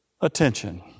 attention